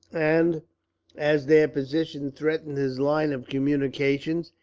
and as their position threatened his line of communications,